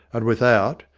and without,